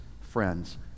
friends